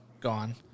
gone